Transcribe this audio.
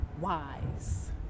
wise